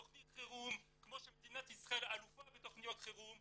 תכנית חירום" כמו שמדינת ישראל אלופה בתכניות חירום,